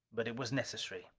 but it was necessary.